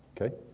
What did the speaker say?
Okay